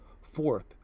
Fourth